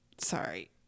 Sorry